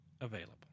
available